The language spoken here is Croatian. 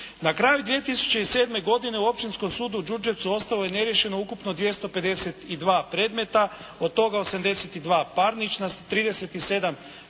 Na kraju 2007. godine u Općinskom sudu u Đurđevcu ostalo je neriješeno 252 predmeta. Od toga 82 parnična, 37 kaznenih,